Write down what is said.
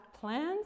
plans